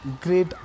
great